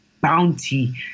bounty